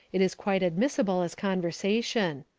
it is quite admissible as conversation.